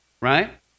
right